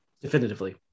Definitively